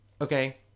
Okay